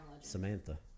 Samantha